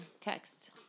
text